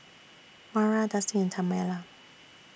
Mara Dusty and Tamela